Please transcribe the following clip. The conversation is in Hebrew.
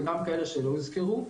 וגם כאלה שלא הוזכרו,